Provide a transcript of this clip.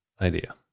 idea